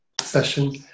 session